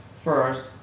First